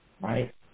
right